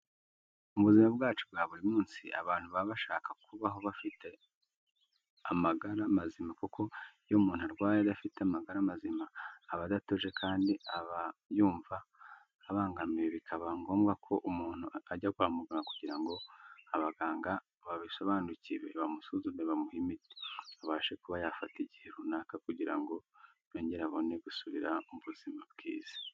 Mu buzima bwacu bwa buri munsi, abantu baba bashaka kubaho bafite amagara mazima kuko iyo umuntu arwaye adafite amagara mazima aba adatuje kandi abayumva abangamiwe bikaba ngombwa ko umuntu ajya kwa muganga kugira ngo abaganga babisobanukiwe bamusuzume bamuhe imiti abashe kuba yafata igihe runaka kugira ngo yongere abone gusubira mu buzima bwiza.